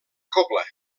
cobla